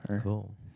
cool